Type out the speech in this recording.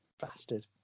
bastard